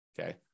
okay